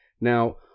Now